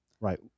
Right